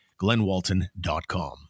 glenwalton.com